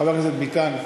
חבר הכנסת ביטן,